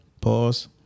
Pause